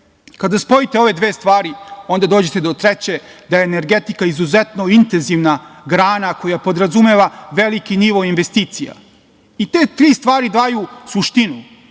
Kada spojite ove dve stvari, onda dođete do treće, da je energetika izuzetno intenzivna grana koja podrazumeva veliki nivo investicija. Te tri stvari daju suštinu,